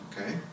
okay